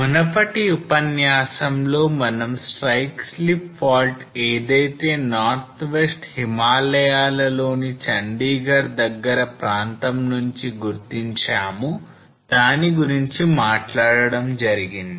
మునపటి ఉపన్యాసంలో మనం strike slip fault ఏదైతే Northwest హిమాలయాలలోనీ చండీగర్ దగ్గర ప్రాంతం నుంచి గుర్తించాము దాని గురించి మాట్లాడడం జరిగింది